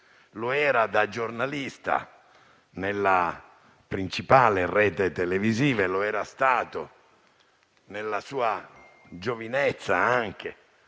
Lo era da giornalista, sulla principale rete televisiva, e lo era stato nella sua giovinezza.